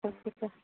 okay sir